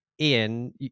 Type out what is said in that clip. Ian